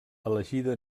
elegida